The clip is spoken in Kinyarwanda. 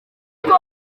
uko